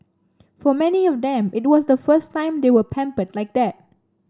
for many of them it was the first time they were pampered like that